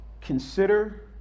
Consider